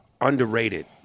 underrated